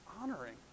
honoring